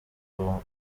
uwo